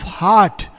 heart